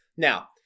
Now